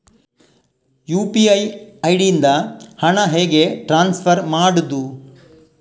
UPI ID ಇಂದ ಹಣ ಹೇಗೆ ಟ್ರಾನ್ಸ್ಫರ್ ಮಾಡುದು?